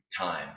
time